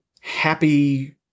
happy